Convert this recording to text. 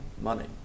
money